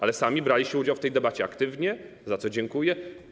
Ale sami braliście udział w tej debacie aktywnie, za co dziękuję.